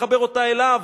ומחבר אותה אליו.